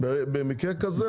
במקרה כזה,